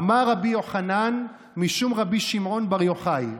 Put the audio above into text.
אמר רבי יוחנן משום רבי שמעון בר יוחאי,